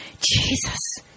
Jesus